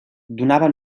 donava